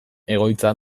egoitza